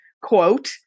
quote